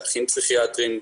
לאחים פסיכיאטרים,